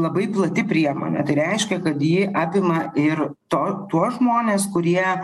labai plati priemonė tai reiškia kad ji apima ir to tuos žmones kurie